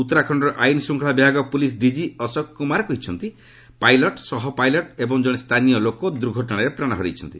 ଉତ୍ତରାଖଣ୍ଡର ଆଇନ ଶ୍ଚିଙ୍ଗଳା ବିଭାଗ ପୁଲିସ୍ ଡିକି ଅଶୋକ କୁମାର କହିଛନ୍ତି ପାଇଲଟ୍ ସହ ପାଇଲଟ୍ ଏବଂ ଜଣେ ସ୍ଥାନୀୟ ଲୋକ ଦୁର୍ଘଟଣାରେ ପ୍ରାଣ ହରାଇଛନ୍ତି